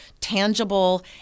tangible